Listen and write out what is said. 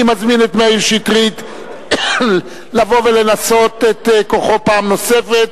אני מזמין את מאיר שטרית לבוא ולנסות את כוחו פעם נוספת,